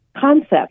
concept